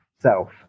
self